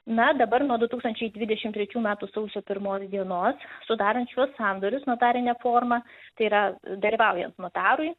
na dabar nuo du tūkstančiai dvidešim trečių metų sausio pirmos dienos sudarant šiuos sandorius notarine forma tai yra dalyvaujant notarui